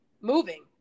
moving